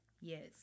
Yes